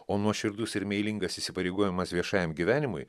o nuoširdus ir meilingas įsipareigojimas viešajam gyvenimui